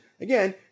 Again